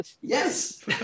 Yes